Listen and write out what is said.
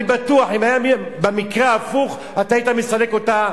אני בטוח, אם היה מקרה הפוך, אתה היית מסלק אותה.